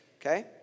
Okay